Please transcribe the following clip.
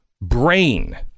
brain